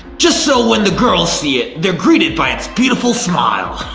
just so when the girls see it, they're greeted by it's beautiful smile.